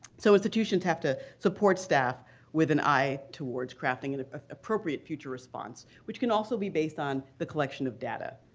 so institutions have to support staff with an eye towards towards crafting an appropriate future response, which can also be based on the collection of data.